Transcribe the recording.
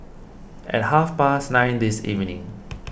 at half past nine this evening